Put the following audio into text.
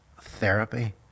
therapy